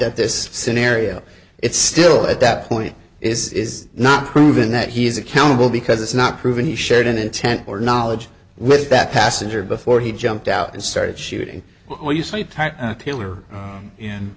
at this scenario it's still at that point is is not proven that he is accountable because it's not proven he shared intent or knowledge with that passenger before he jumped out and started shooting